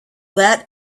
that